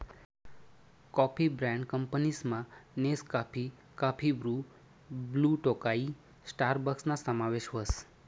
coffee brand कंपनीसमा Nescafe, coffee Bru, Blue Tokai स्टारबक्सना समावेश व्हस